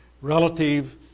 relative